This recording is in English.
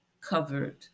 covered